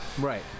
right